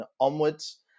onwards